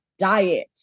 diet